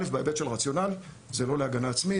דבר ראשון: בהיבט של רציונל, זה לא להגנה עצמית.